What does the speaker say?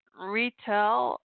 retail